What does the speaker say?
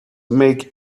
make